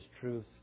truth